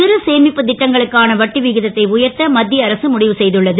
சிறு சேமிப்புத் ட்டங்களுக்கான வட்டி விகிதத்தை உயர்த்த மத் ய அரசு முடிவு செ துள்ளது